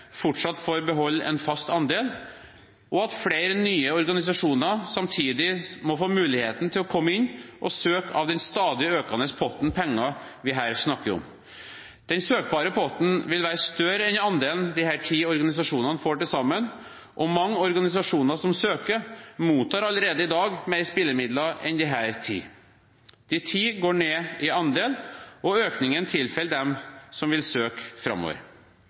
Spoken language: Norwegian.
fortsatt får beholde en fast andel, og at flere nye organisasjoner samtidig må få muligheten til å søke på den stadig økende potten penger vi her snakker om. Potten det kan søkes på, vil være større enn andelen de ti organisasjonene får til sammen. Mange organisasjoner som søker, mottar allerede i dag flere spillemidler enn disse ti. De ti går ned i andel, og økningen tilfaller dem som framover vil søke.